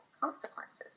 consequences